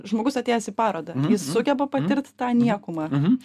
žmogus atėjęs į parodą jis sugeba patirt tą niekumą